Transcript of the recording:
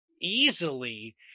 easily